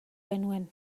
genuen